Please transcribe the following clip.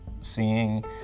seeing